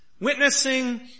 Witnessing